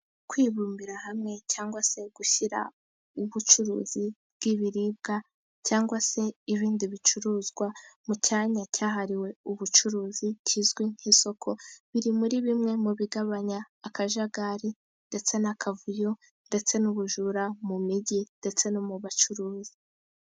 Kwibumbira hamwe cyangwa se gushyira ubucuruzi bw'ibiribwa, cyangwa se ibindi bicuruzwa mu cyanya cyahariwe ubucuruzi kizwi nk'isoko, biri muri bimwe mu bigabanya akajagari, ndetse n'akavuyo, ndetse n'ubujura mu mijyi ndetse no mu bacuruzi.